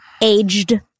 aged